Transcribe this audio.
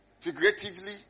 Figuratively